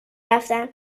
رفتن